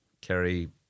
Kerry